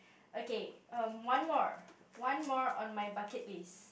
okay um one more one more on my bucket list